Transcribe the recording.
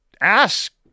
ask